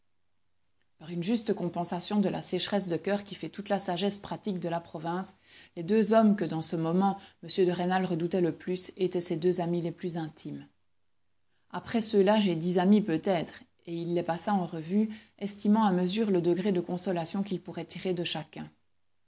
par une juste compensation de la sécheresse de coeur qui fait toute la sagesse pratique de la province les deux hommes que dans ce moment m de rênal redoutait le plus étaient ses deux amis les plus intimes après ceux-là j'ai dix amis peut-être et il les passa en revue estimant à mesure le degré de consolation qu'il pourrait tirer de chacun